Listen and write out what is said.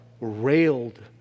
railed